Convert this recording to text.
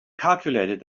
calculated